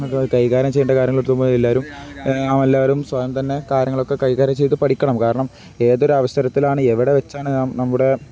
കൈകാര്യം ചെയ്യേണ്ട കാര്യങ്ങൾ എത്തുമ്പോൾ എല്ലാവരും അവ എല്ലാവരും സ്വയം തന്നെ കാര്യങ്ങളൊക്കെ കൈകാര്യം ചെയ്തു പഠിക്കണം കാരണം ഏതൊരു അവസരത്തിലാണ് എവിടെ വെച്ചാണു നമ്മുടെ